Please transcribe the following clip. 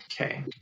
Okay